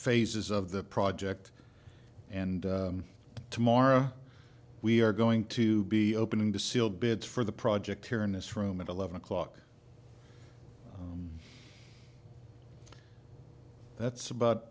phases of the project and tomorrow we are going to be opening the sealed bids for the project here in this room at eleven o'clock that's about